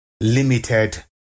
limited